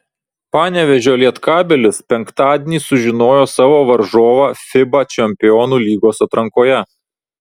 panevėžio lietkabelis penktadienį sužinojo savo varžovą fiba čempionų lygos atrankoje